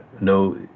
no